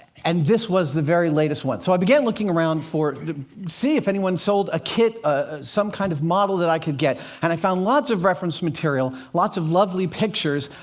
and this was the very latest one. so i began looking around for to see if anyone sold a kit, ah some kind of model that i could get, and i found lots of reference material, lots of lovely pictures.